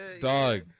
dog